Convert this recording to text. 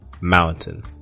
mountain